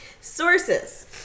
Sources